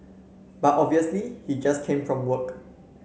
but obviously he just came from work